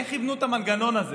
איך יבנו את המנגנון הזה?